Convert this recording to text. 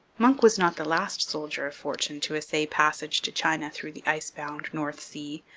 munck was not the last soldier of fortune to essay passage to china through the ice-bound north sea.